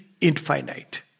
infinite